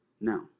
No